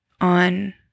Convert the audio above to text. on